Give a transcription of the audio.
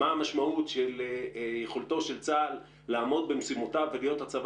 מה המשמעות של יכולתו של צה"ל לעמוד במשימותיו ולהיות הצבא